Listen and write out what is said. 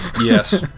Yes